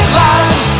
line